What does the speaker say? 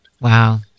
Wow